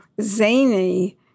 zany